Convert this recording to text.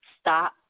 Stop